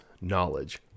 knowledge